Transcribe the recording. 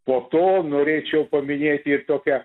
po to norėčiau paminėti ir tokią